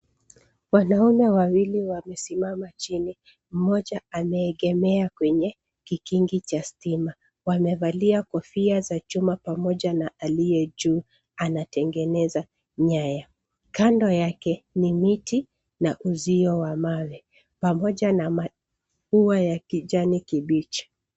Wanaume wawili wamesimama chini, mmoja ameegemea kwenye kikingi cha stima. Wamevalia kofia za chuma pamoja na aliye juu anatengeneza nyaya. Kando yake ni miti na uzio wa mawe pamoja na ua ya kijani kibichi.